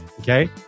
Okay